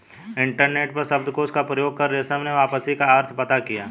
internet पर शब्दकोश का प्रयोग कर रमेश ने वापसी का अर्थ पता किया